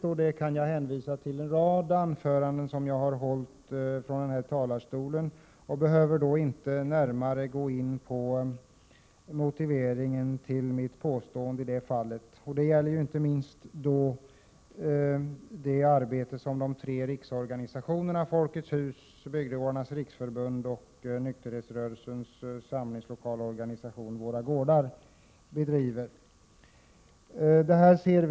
Jag behöver inte närmare gå in på motiveringen till mitt påstående i det fallet, utan jag kan hänvisa till en rad anföranden jag har hållit från denna talarstol. Det gäller inte minst det arbete som bedrivs av de tre riksorganisationerna Folkets hus-föreningarnas riksorganisation, Bygdegårdarnas riksförbund och Riksföreningen Våra gårdar. Riksföreningen Våra gårdar är ju riksorganisation för nykterhetsföreningarnas samlingslokaler.